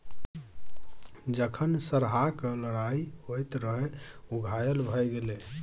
जखन सरहाक लड़ाइ होइत रहय ओ घायल भए गेलै